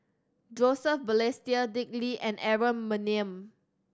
Joseph Balestier Dick Lee and Aaron Maniam